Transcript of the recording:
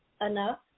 enough